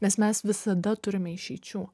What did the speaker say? nes mes visada turime išeičių